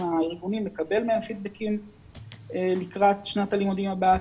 הארגונים לקבל מהם פידבקים לקראת שנת הלימודים הבאה.